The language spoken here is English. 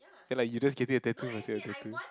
ya lah you just getting a tattoo for the sake of tattoo